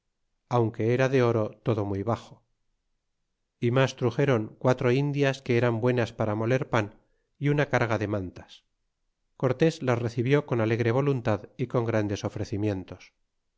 aunque era de oro todo muy baxo y mas truxéron quatro indias que eran buenas para moler pan y una carga de mantas cortés las recibió con alegre voluntad y con grandes